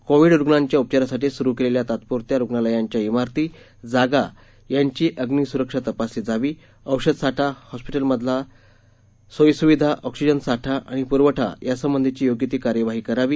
Covid रुग्णांच्या उपचारासाठी सुरु केलेल्या तात्पुरत्या रुग्णालयांच्या इमारतीजागा यांची अग्नि सुरक्षा तपासली जावी औषधसाठा हॉस्पीटलमधील सोयी सुविधा ऑक्सीजन साठा आणि पुरवठा यासंबंधीची योग्य ती कार्यवाही करावी